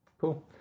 Cool